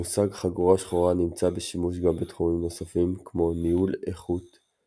המושג "חגורה שחורה" נמצא בשימוש גם בתחומים נוספים כמו ניהול איכות,